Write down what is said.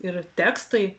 ir tekstai